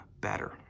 better